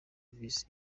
visa